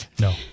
No